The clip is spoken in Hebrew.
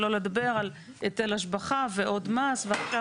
שלא לדבר על היטל השבחה ועוד מס ועכשיו